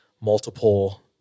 multiple